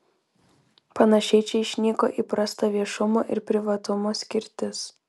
panašiai čia išnyko įprasta viešumo ir privatumo skirtis